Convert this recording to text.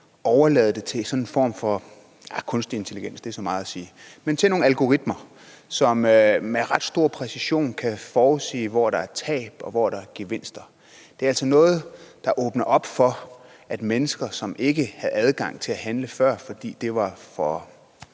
overlade det til sådan en form for kunstig intelligens, det er så meget at sige, men til nogle algoritmer, som med ret stor præcision kan forudsige, hvor der er tab, og hvor der er gevinster. Det er altså noget, der åbner op for, at mennesker, som ikke havde adgang til at handle før, fordi det var for